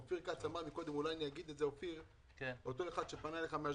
אופיר כץ אמר קודם לגבי אותו אחד שפנה אליו מאשדוד,